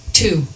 two